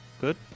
good